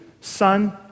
son